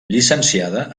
llicenciada